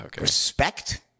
respect